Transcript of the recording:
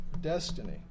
destiny